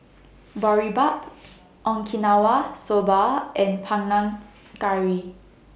Boribap Okinawa Soba and Panang Curry